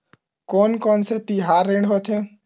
कोन कौन से तिहार ऋण होथे?